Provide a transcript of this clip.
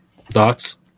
Thoughts